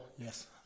yes